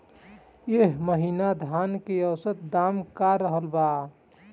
एह महीना धान के औसत दाम का रहल बा?